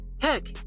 Heck